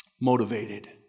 motivated